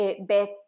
Beth